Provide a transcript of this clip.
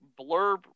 blurb